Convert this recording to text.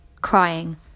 Crying